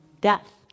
death